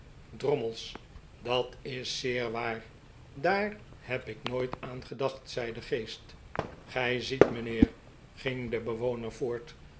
drommels dat is zeer waar daar heb ik nooit aan gedacht zei de geest gij ziet mijnheer ging de bewoner voort